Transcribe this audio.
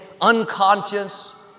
unconscious